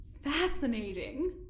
Fascinating